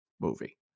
movie